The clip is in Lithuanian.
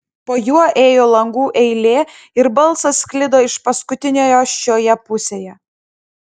po juo ėjo langų eilė ir balsas sklido iš paskutiniojo šioje pusėje